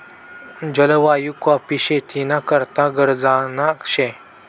जलवायु काॅफी शेती ना करता गरजना शे